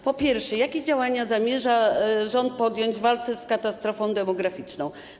Po pierwsze, jakie działania zamierza podjąć rząd w walce z katastrofą demograficzną?